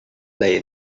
player